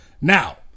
Now